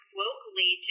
locally